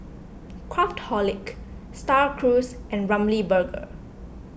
Craftholic Star Cruise and Ramly Burger